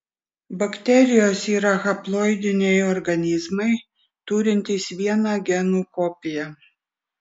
bakterijos yra haploidiniai organizmai turintys vieną genų kopiją